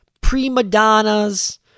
pre-Madonna's